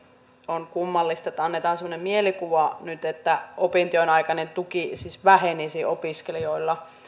on kummallista että annetaan semmoinen mielikuva nyt että opintojen aikainen tuki siis vähenisi opiskelijoilla